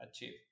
achieve